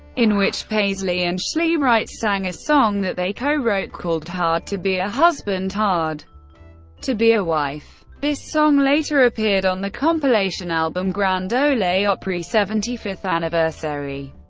in which paisley and chely wright sang a song that they co-wrote called hard to be a husband, hard to be a wife. this song later appeared on the compilation album grand ole opry seventy fifth anniversary,